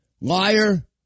Liar